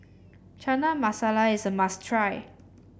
Chana Masala is a must try